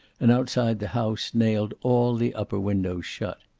and outside the house nailed all the upper windows shut.